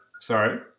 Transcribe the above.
Sorry